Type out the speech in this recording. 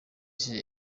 ishize